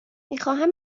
میخواهم